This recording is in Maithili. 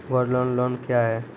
गोल्ड लोन लोन क्या हैं?